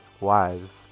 wives